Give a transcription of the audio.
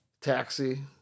taxi